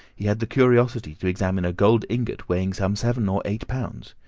he had the curiosity to examine a gold ingot weighing some seven or eight pounds.